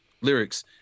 lyrics